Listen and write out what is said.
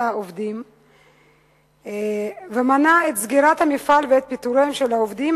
העובדים ומנע את סגירת המפעל ואת פיטוריהם של העובדים.